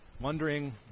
wondering